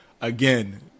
again